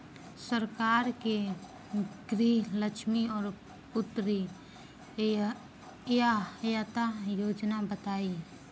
सरकार के गृहलक्ष्मी और पुत्री यहायता योजना बताईं?